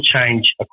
change